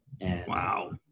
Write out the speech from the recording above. Wow